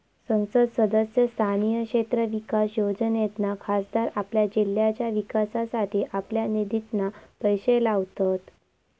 संसद सदस्य स्थानीय क्षेत्र विकास योजनेतना खासदार आपल्या जिल्ह्याच्या विकासासाठी आपल्या निधितना पैशे लावतत